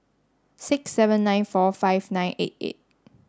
six seven nine four five nine eight eight